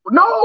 no